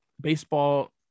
baseball